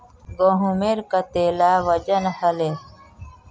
गहोमेर कतेला वजन हले